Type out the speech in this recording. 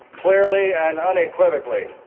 clearly and unequivocally